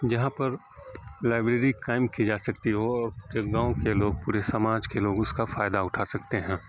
جہاں پر لائبریری قائم کی جا سکتی ہو اور پورے گاؤں کے لوگ پورے سماج کے لوگ اس کا فائدہ اٹھا سکتے ہیں